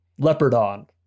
Leopardon